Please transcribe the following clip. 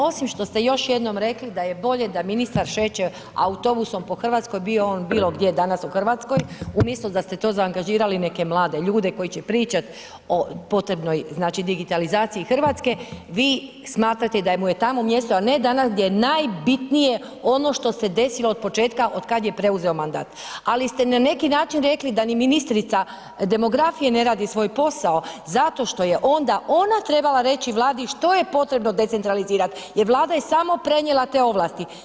Osim što ste još jednom rekli da je bolje da ministar šeće autobusom po Hrvatskoj bilo on bilo gdje danas u Hrvatskoj umjesto da ste za to angažirali neke mlade ljude koji će pričati o potrebnoj znači digitalizaciji Hrvatske, vi smatrate da mu je tamo mjesto, a ne danas gdje je najbitnije ono što se desilo od početka od kad je preuzeo mandat, ali ste na neki način rekli da ni ministrica demografije ne radi svoj posao zato što je onda ona trebala reći Vladi što je potrebno decentralizirat jer Vlada je samo prenijela te ovlasti.